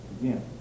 again